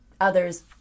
others